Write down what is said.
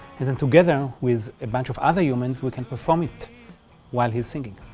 listen together with a bunch of other humans, we can perform it while he's singing.